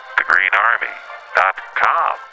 theGreenArmy.com